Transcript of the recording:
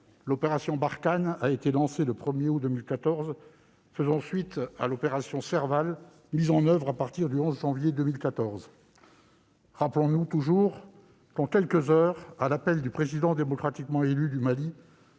l'opération Barkhane a été lancée le 1août 2014. Elle fait suite à l'opération Serval, mise en oeuvre à partir du 11 janvier 2013. Rappelons-nous toujours qu'en quelques heures, à l'appel du Président démocratiquement élu du Mali,